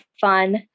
fun